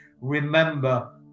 remember